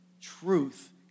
truth